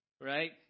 right